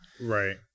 Right